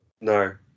No